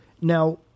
Now